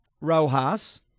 Rojas